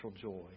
joy